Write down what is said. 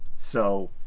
so